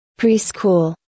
Preschool